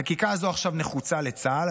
החקיקה הזו עכשיו נחוצה לצה"ל,